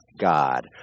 God